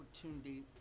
opportunity